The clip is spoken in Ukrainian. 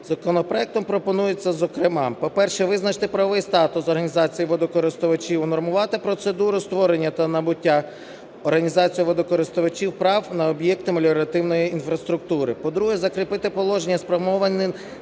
Законопроектом пропонується, зокрема, по-перше, визначити правовий статус організації водокористувачів, унормувати процедуру створення та набуття організацією водокористувачів прав на об'єкти меліоративної інфраструктури. По-друге, закріпити положення, спрямовані